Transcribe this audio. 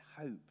hope